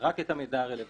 רק את המידע הרלוונטי.